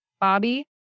Bobby